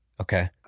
Okay